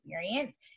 experience